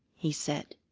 he said.